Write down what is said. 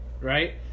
right